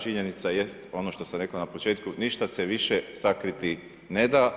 Činjenica jest, ono što sam rekao na početku, ništa se više sakriti ne da.